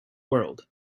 world